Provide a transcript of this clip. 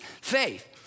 faith